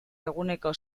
eguneko